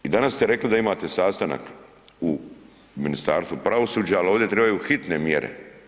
I danas ste rekli da imate sastanak u Ministarstvu pravosuđa, ali ovdje trebaju hitne mjere.